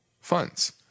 funds